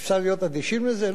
אפשר להיות אדישים לזה?